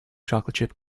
chocolate